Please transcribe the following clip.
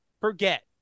forget